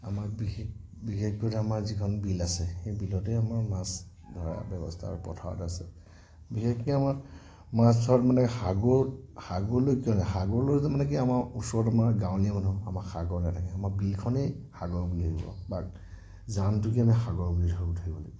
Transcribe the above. আমাৰ বিশেষ বিশেষকৈ যিখন বিল আছে সেই বিলতে আমাৰ মাছ ধৰাৰ ব্যৱস্থা আৰু পথাৰত আছে বিশেষকৈ আমাৰ মাছ ধৰাত মানে সাগৰ সাগৰলৈ কিয় নাযায় সাগৰলৈ তাৰ মানে কি আমাৰ ওচৰত আমাৰ গাঁৱলীয়া মানুহ আমাক সাগৰ নাথাকে আমাৰ বিলখনেই সাগৰ বুলি ভাবোঁ বা জানটোকেই আমি সাগৰ বুলি ভাবিব লাগিব